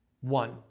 One